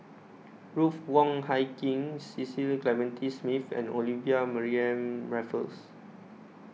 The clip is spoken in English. Ruth Wong Hie King Cecil Clementi Smith and Olivia Mariamne Raffles